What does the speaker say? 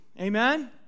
Amen